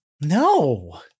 No